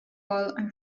are